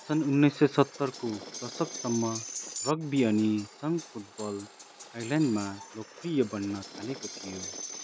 सन् उन्नाइस सय सत्तरको दशकसम्म रग्बी अनि सङ्घ फुटबल आईल्यान्डमा लोकप्रिय बन्न थालेको थियो